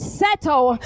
settle